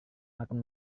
makan